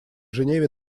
женеве